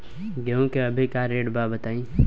गेहूं के अभी का रेट बा बताई?